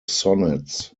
sonnets